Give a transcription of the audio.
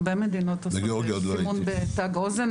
הרבה מדינות עושות סימון בתג אוזן.